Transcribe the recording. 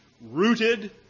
rooted